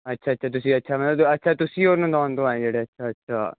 ਅੱਛਾ ਅੱਛਾ ਤੁਸੀਂ ਅੱਛਾ ਮੈਂ ਉਹਦੇ ਅੱਛਾ ਤੁਸੀਂ ਉਹਨੂੰ ਨੋਨ ਤੋਂ ਆਏ ਜਿਹੜੇ ਅੱਛਾ ਅੱਛਾ